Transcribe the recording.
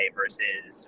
versus